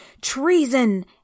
Treason